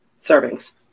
servings